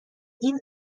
این